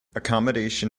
accommodation